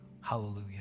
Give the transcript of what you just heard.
Hallelujah